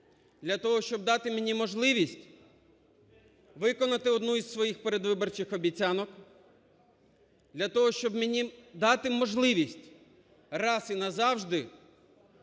Для того, щоб дати мені можливість виконати одну із своїх передвиборчих обіцянок, для того, щоб мені дати можливість раз і назавжди